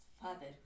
father